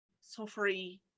suffering